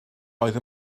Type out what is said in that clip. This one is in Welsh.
oedd